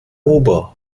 ober